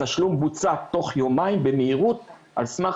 התשלום בוצע תוך יומיים במהירות על סמך